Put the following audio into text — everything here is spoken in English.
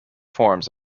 forms